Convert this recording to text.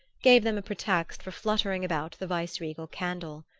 gave them a pretext for fluttering about the vice-regal candle.